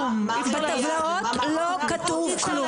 בגיל ומה --- בטבלאות לא כתוב כלום.